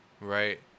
right